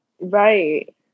right